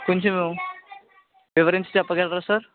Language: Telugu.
కొంచెం వివరించి చెప్పగలరా సార్